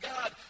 God